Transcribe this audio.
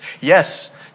Yes